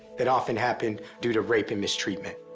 that often happened due to rape and mistreatment.